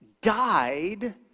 died